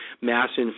mass